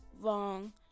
Wrong